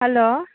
hello